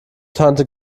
tante